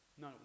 No